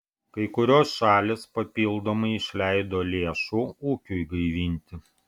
kai kurios šalys papildomai išleido lėšų ūkiui gaivinti